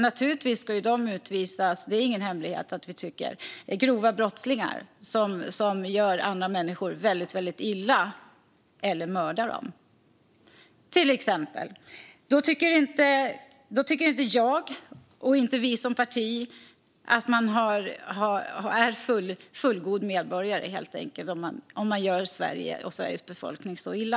Naturligtvis ska till exempel grova brottslingar, som gör andra människor väldigt illa eller mördar dem, utvisas; det är ingen hemlighet att vi tycker så. Jag, och vi som parti, tycker inte att man är en fullgod medborgare om man gör Sverige och Sveriges befolkning så illa.